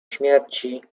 śmierci